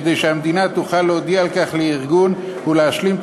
כדי שהמדינה תוכל להודיע על כך לארגון ולהשלים את